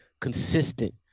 consistent